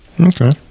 okay